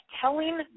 Telling